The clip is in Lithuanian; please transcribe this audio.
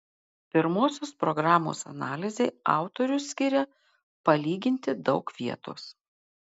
pirmosios programos analizei autorius skiria palyginti daug vietos